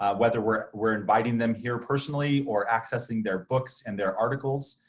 ah whether we're we're inviting them here personally, or accessing their books and their articles,